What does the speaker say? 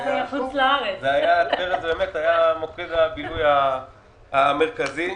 טבריה הייתה מוקד הבילוי המרכזי.